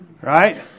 right